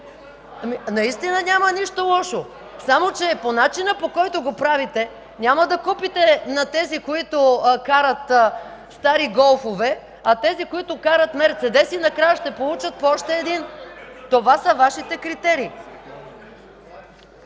Наистина няма нищо лошо, само че по начина, по който го правите, няма да купите на тези, които карат стари „Голф”-ове, а тези, които карат „Мерцедес”, накрая ще получат по още един. Това са Вашите критерии.